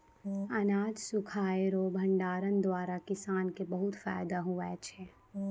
अनाज सुखाय रो भंडारण द्वारा किसान के बहुत फैदा हुवै छै